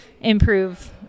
improve